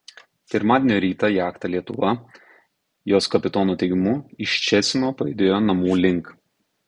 pirmadienio rytą jachta lietuva jos kapitono teigimu iš ščecino pajudėjo namų link